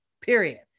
period